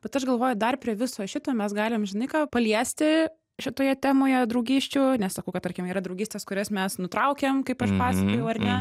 bet aš galvoju dar prie viso šito mes galim žinai ką paliesti šitoje temoje draugysčių nesakau kad tarkim yra draugystės kurias mes nutraukėm kaip aš pasakojau ar ne